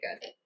good